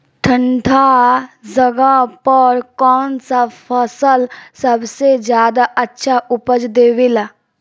ठंढा जगह पर कौन सा फसल सबसे ज्यादा अच्छा उपज देवेला?